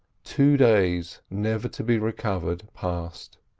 two days, never to be recovered, passed,